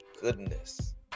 goodness